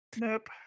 Nope